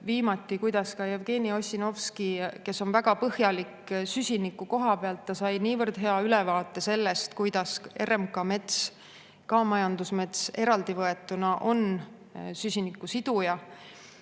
viimati RMK‑s, kuidas ka Jevgeni Ossinovski, kes on väga põhjalik süsiniku koha pealt, sai niivõrd hea ülevaate sellest, kuidas RMK mets, ka majandusmets eraldi võetuna, on süsiniku siduja.